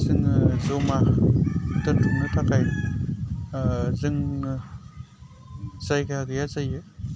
जोङो जमा दोनथुमनो थाखाय जोङो जायगा गैया जायो